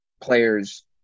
players